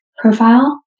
profile